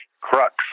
crux